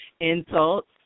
insults